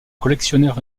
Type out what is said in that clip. collectionneur